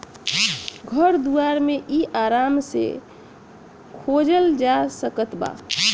घर दुआर मे इ आराम से खोजल जा सकत बा